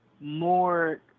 more